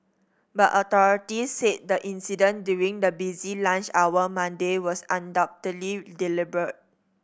but authorities said the incident during the busy lunch hour Monday was undoubtedly deliberate